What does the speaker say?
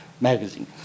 magazine